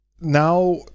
now